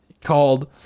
called